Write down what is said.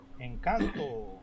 Encanto